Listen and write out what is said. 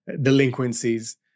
delinquencies